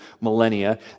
millennia